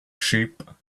sheep